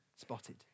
spotted